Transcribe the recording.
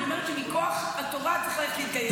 אני אומרת שמכוח התורה צריך ללכת להתגייס.